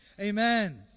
Amen